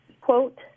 Quote